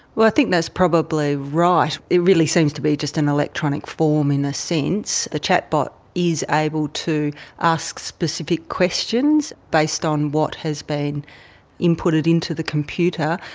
well, i think that's probably right. it really seems to be just an electronic form, in a sense. the chat bot is able to ask specific questions based on what has been inputted into the computer,